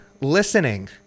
listening